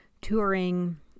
touring